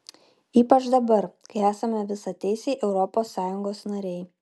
ypač dabar kai esame visateisiai europos sąjungos nariai